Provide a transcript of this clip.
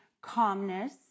calmness